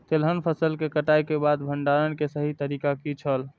तेलहन फसल के कटाई के बाद भंडारण के सही तरीका की छल?